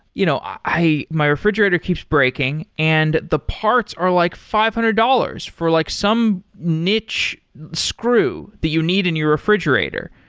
you know my refrigerator keeps breaking, and the parts are like five hundred dollars for like some niche screw that you need in your refrigerator.